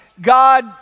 God